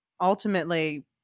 ultimately